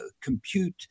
compute